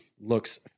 looks